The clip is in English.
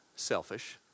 Selfish